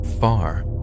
far